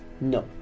No